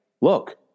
look